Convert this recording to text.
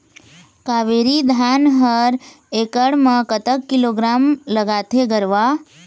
कावेरी धान हर एकड़ म कतक किलोग्राम लगाथें गरवा?